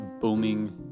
booming